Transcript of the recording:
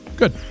Good